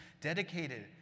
dedicated